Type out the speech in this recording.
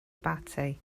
batty